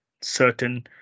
certain